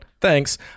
thanks